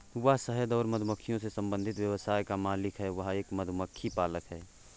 वह शहद और मधुमक्खियों से संबंधित व्यवसाय का मालिक है, वह एक मधुमक्खी पालक है